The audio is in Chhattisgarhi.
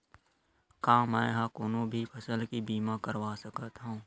का मै ह कोनो भी फसल के बीमा करवा सकत हव?